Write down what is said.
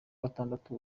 gatandatu